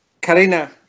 Karina